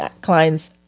clients